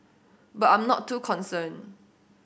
but I am not too concerned